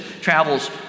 travels